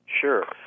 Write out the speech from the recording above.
Sure